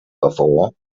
before